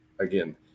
Again